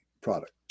product